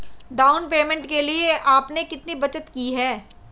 Down payment के लिए आपने कितनी बचत की है?